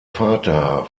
vater